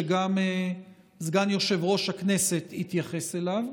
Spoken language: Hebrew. שגם סגן יושב-ראש הכנסת התייחס אליו.